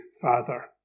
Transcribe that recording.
father